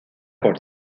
por